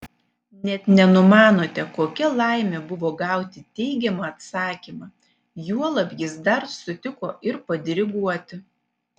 net nenumanote kokia laimė buvo gauti teigiamą atsakymą juolab jis dar sutiko ir padiriguoti